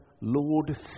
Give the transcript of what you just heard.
Lord